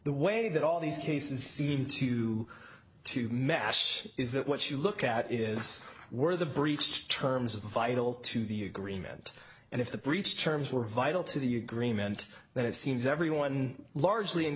the way that all these cases seem to to mesh is that what you look at is were the breech terms of vital to the agreement and if the breach terms were vital to the agreement that it seems everyone largely in